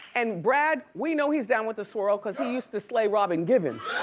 and brad, we know he's down with the swirl cause he used to slay robin givens.